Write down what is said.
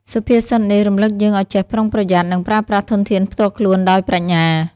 សុភាសិតនេះរំលឹកយើងឲ្យចេះប្រុងប្រយ័ត្ន និងប្រើប្រាស់ធនធានផ្ទាល់ខ្លួនដោយប្រាជ្ញា។